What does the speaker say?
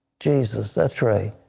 jesus, that is right,